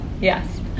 yes